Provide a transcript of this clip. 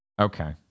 Okay